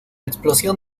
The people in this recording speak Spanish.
explosión